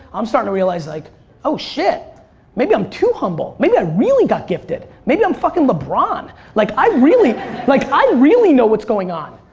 i'm starting to realize like oh shit maybe i'm too humble. maybe i really got gifted. maybe i'm fucking lebron. like i really like i really know what's going on.